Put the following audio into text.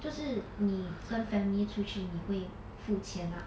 就是你跟 family 出去你会付钱啦